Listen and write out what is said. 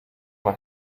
mal